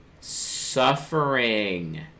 suffering